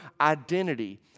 identity